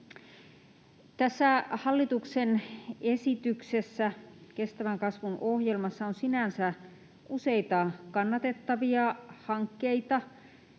Tässä hallituksen esityksessä, kestävän kasvun ohjelmassa, on sinänsä useita kannatettavia hankkeita,